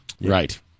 Right